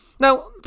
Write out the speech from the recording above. Now